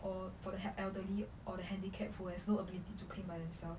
or for the elderly or the handicapped who has no ability to clean by themselves